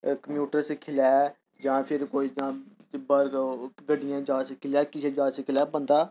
computer सिक्खी लै जां फ्ही कोई जां गड्डियें दी जाच सिक्खी लै किसै दी जाच सिक्खी लै बंदा